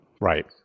Right